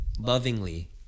lovingly